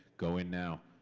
go in now.